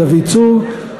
דוד צור.